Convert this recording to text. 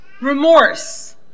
Remorse